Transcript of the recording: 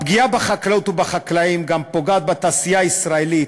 הפגיעה בחקלאות ובחקלאים גם פוגעת בתעשייה הישראלית,